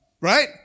right